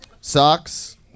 Socks